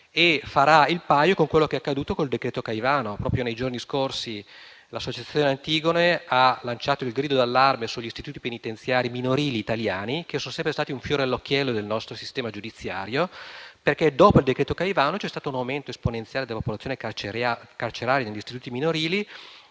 farà il paio con quanto è accaduto con il decreto Caivano: proprio nei giorni scorsi l'associazione Antigone ha lanciato il grido d'allarme sugli istituti penitenziari minorili italiani, che sono sempre stati un fiore all'occhiello del nostro sistema giudiziario; dopo quel decreto c'è stato infatti un aumento esponenziale della popolazione carceraria negli istituti minorili,